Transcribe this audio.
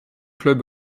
clubs